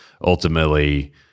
ultimately –